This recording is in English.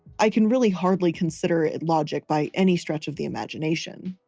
i can really hardly consider it logic by any stretch of the imagination.